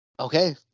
Okay